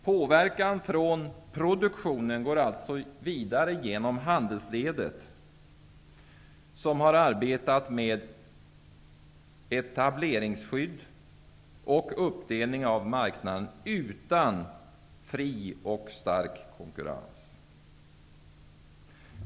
Påverkan från produktionen går alltså vidare genom handelsledet, som har arbetat med etableringsskydd och uppdelning av marknaden utan fri och stark konkurrens.